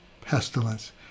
pestilence